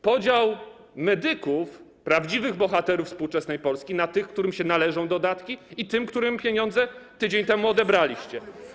Podział medyków, prawdziwych bohaterów współczesnej Polski, na tych, którym się należą dodatki, i tych, którym pieniądze tydzień temu odebraliście.